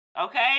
Okay